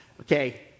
Okay